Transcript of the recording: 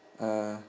uh